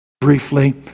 briefly